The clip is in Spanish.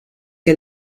que